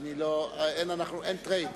אין trade,